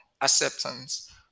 acceptance